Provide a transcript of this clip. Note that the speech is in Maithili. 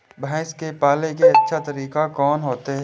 भैंस के पाले के अच्छा तरीका कोन होते?